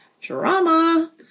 drama